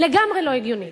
לגמרי לא הגיוני.